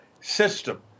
system